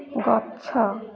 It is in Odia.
ଗଛ